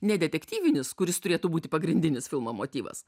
ne detektyvinis kuris turėtų būti pagrindinis filmo motyvas